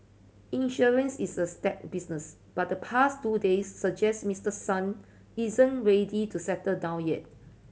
insurance is a staid business but the past two days suggest Mister Son isn't ready to settle down yet